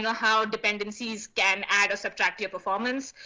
how dependencies can add or subtract to your performance.